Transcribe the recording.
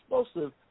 explosive